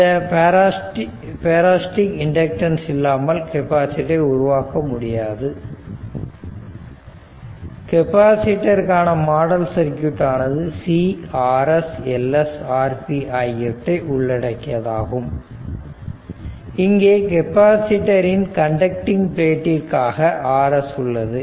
இந்த parasitic inductance இல்லாமல் capacitor ஐ உருவாக்க முடியாது கெப்பாசிட்டர்ருக்கானா மாடல் சர்க்யூட் ஆனது C Rs Ls Rp ஆகியவற்றை உள்ளடக்கியதாகும் இங்கே கெப்பாசிட்டர் ன் கண்டக்டிங் பிளேட்ற்காக Rs உள்ளது